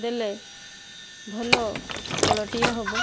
ଦେଲେ ଭଲ ଫଳଟିଏ ହବ